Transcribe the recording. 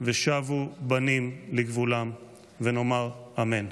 ושבו בנים לגבולם", ונאמר: אמן.